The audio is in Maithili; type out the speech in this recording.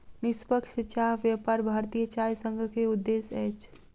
निष्पक्ष चाह व्यापार भारतीय चाय संघ के उद्देश्य अछि